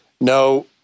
no